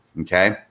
Okay